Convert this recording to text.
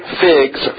figs